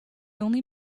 only